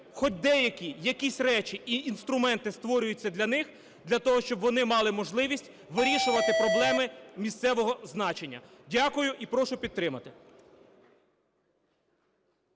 хоч деякі, якісь речі і інструменти створюються для них, для того, щоб вони мали можливість вирішувати проблеми місцевого значення. Дякую. І прошу підтримати.